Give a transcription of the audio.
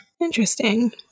Interesting